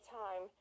time